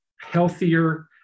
healthier